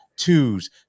Twos